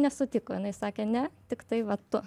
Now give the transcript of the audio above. nesutiko jinai sakė ne tiktai va tu